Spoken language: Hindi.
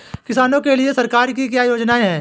किसानों के लिए सरकार की क्या योजनाएं हैं?